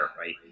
right